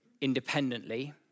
independently